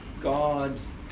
God's